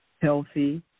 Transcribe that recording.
healthy